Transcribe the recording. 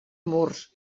murs